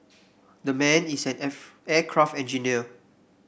the man is an aircraft engineer